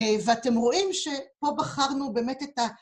‫ואתם רואים שפה בחרנו באמת את ה...